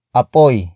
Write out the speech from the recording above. apoy